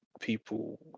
People